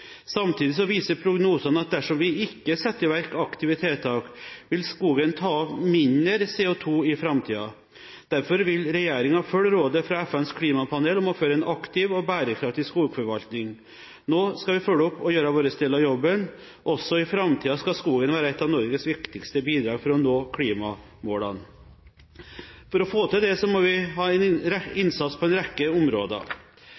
Samtidig viser prognosene at dersom vi ikke setter i verk aktive tiltak, vil skogen ta opp mindre CO2 i framtiden. Derfor vil regjeringen følge rådet fra FNs klimapanel om å føre en aktiv og bærekraftig skogforvaltning. Nå skal vi følge opp og gjøre vår del av jobben. Også i framtiden skal skogen være et av Norges viktigste bidrag for å nå klimamålene. For å få til dette må vi ha innsats på en